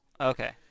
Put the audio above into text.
Okay